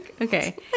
okay